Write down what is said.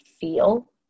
feel